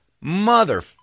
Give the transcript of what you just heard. Mother